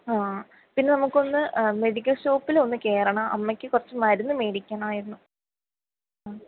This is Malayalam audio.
ആ പിന്നെ നമുക്കൊന്ന് മെഡിക്കൽ ഷോപ്പിലൊന്ന് കയറണം അമ്മയ്ക്ക് കുറച്ച് മരുന്ന് മേടിക്കണമായിരുന്നു ആ